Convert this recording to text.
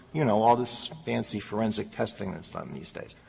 you know, all this fancy forensic testing that is done these days.